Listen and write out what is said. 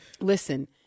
listen